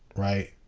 right,